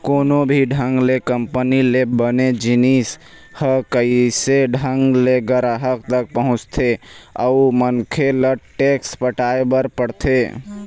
कोनो भी ढंग ले कंपनी ले बने जिनिस ह कइसे ढंग ले गराहक तक पहुँचथे अउ मनखे ल टेक्स पटाय बर पड़थे